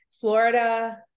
Florida